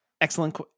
Excellent